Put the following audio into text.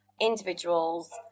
individuals